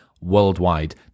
worldwide